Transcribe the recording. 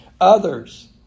others